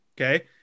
Okay